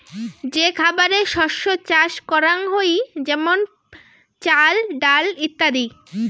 যে খাবারের শস্য চাষ করাঙ হই যেমন চাল, ডাল ইত্যাদি